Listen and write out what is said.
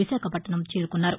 విశాఖపట్టణం చేరుకున్నారు